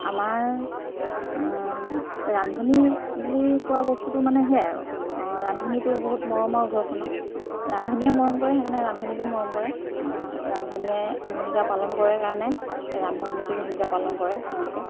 আমাৰ ৰান্ধনি বুলি কোৱা বস্তুটো মানে সেয়াই আৰু ৰান্ধনিতো বহুত মৰমৰ ঘৰখনৰ ৰান্ধনিয়ে মৰম কৰে সেইকাৰণে ৰান্ধনিকো মৰম কৰে ৰান্ধনিয়ে ভূমিকা পালন কৰে কাৰণে ৰান্ধনিকো ভূমিকা পালন কৰে তেওঁলোকে